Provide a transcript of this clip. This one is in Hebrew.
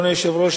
אדוני היושב-ראש,